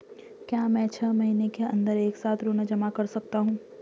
क्या मैं छः महीने के अन्दर एक साथ ऋण जमा कर सकता हूँ?